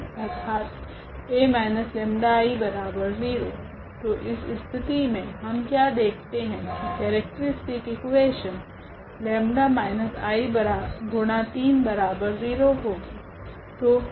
अर्थात A 𝜆I0 तो इस स्थिति मे हम क्या देखते है की केरेक्ट्रीस्टिक इकुवेशन 𝜆 I30 होगी